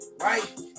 Right